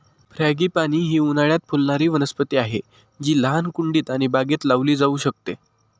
frangipani ही उन्हाळयात फुलणारी वनस्पती आहे जी लहान कुंडीत आणि बागेत लावली जाऊ शकते